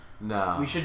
No